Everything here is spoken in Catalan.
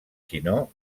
sinó